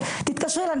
אז תתקשרי אליי,